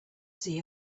see